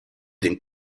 den